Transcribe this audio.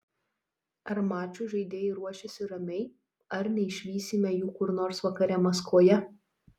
ar mačui žaidėjai ruošiasi ramiai ar neišvysime jų kur nors vakare maskvoje